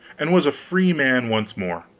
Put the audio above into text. and was a free man once more.